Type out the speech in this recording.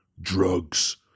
Drugs